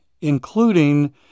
including